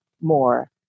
more